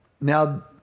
Now